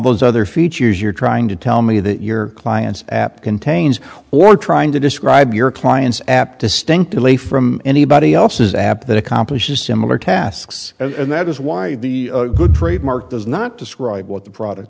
those other features you're trying to tell me that your client's app contains or trying to describe your client's app distinctly from anybody else's app that accomplishes similar tasks and that is why the trademark does not describe what the product